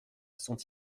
sont